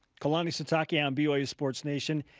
kalani sitake on byu sports nation.